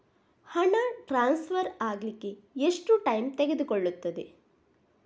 ಹಣ ಟ್ರಾನ್ಸ್ಫರ್ ಅಗ್ಲಿಕ್ಕೆ ಎಷ್ಟು ಟೈಮ್ ತೆಗೆದುಕೊಳ್ಳುತ್ತದೆ?